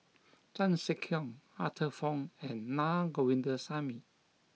Chan Sek Keong Arthur Fong and Na Govindasamy